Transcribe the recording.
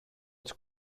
της